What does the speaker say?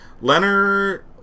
Leonard